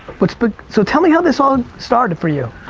but but so tell me how this all started for you.